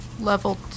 Level